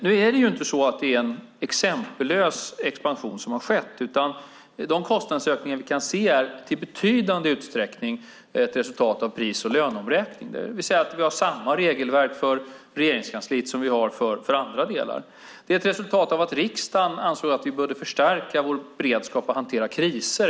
Det är inte en exempellös expansion som har skett, utan de kostnadsökningar vi kan se är i betydande utsträckning ett resultat av pris och löneomräkning. Vi har samma regelverk för Regeringskansliet som vi har för andra delar. Det är ett resultat av att riksdagen efter tsunamin ansåg att vi behövde förstärka vår beredskap att hantera kriser.